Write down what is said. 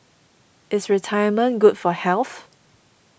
is retirement good for health